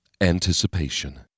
Anticipation